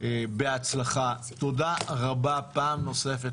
תודה פעם נוספת,